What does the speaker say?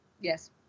Yes